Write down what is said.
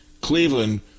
Cleveland